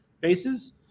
bases